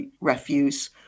refuse